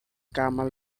camel